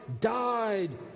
died